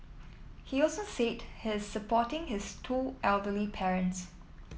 he also said he is supporting his two elderly parents